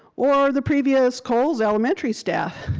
or the previous coles elementary staff?